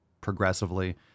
progressively